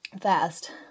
Fast